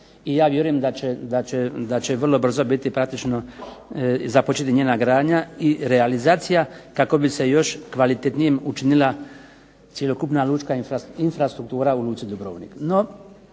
i ja vjerujem da će vrlo brzo biti praktično i započeti njena gradnja i realizacija kako bi se još kvalitetnijim učinila cjelokupna lučka infrastruktura u luci Dubrovnik.